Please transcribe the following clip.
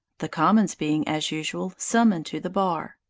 the commons being, as usual, summoned to the bar.